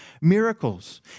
miracles